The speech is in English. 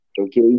okay